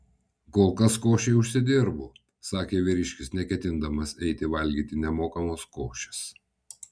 kol kas košei užsidirbu sakė vyriškis neketindamas eiti valgyti nemokamos košės